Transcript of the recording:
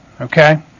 okay